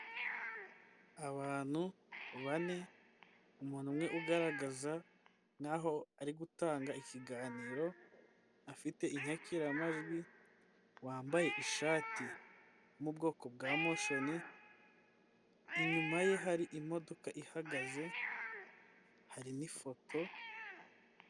Abantu bane umuntu umwe ugaragaza nkaho ari gutanga ikiganiro, afite inyakiramajwi wambaye ishati yo mu bwoko bwa moshon, inyuma ye hari imodoka ihagaze hari n'ifoto.